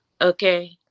Okay